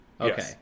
Okay